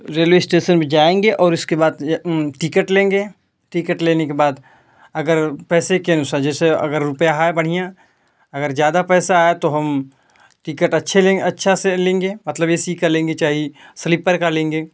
railway station में जाएँगे और उसके बाद जब टिकेट लेंगे टिकेट लेने के बाद अगर पैसे के अनुसार जैसे अगर रूपये हैं बढ़िया अगर ज़्यादा पैसा आया तो हम टिकेट अच्छे लेंगे अच्छा से लेंगे मतलब ए सी का लेंगे चाहे सिलीपर का लेंगे